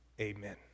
amen